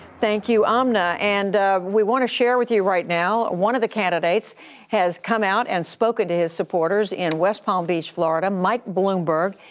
thank you, amna. and we want to share with you right now, one of the candidates has come out and spoken to his supporters in west palm beach, florida, mike bloomberg.